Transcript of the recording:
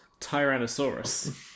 Tyrannosaurus